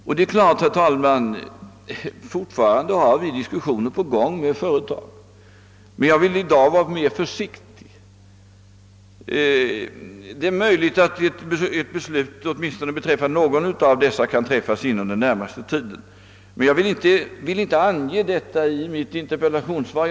Vi har fortfarande diskussioner på gång med olika företag, men i dag vill jag vara litet försiktig. Det är möjligt att en uppgörelse kan träffas inom den närmaste tiden med åtminstone något av dessa företag, men det ville jag inte nämna i mitt interpellationssvar.